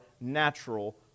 natural